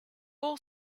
all